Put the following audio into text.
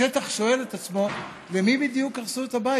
השטח שואל את עצמו למי בדיוק הרסו את הבית.